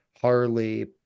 Harley